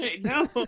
no